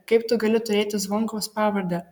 kaip tu gali turėti zvonkaus pavardę